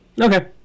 Okay